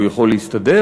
הוא יכול להסתדר?